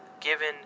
given